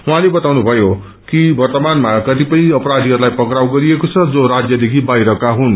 उझँले वताउनु भयो कि वर्तमानमा कतिपय अपराधीहरूलाई पक्राउ गरिएको छ जो राज्यदेखि बाहिरका हुन्